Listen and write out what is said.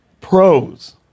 pros